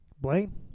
Blaine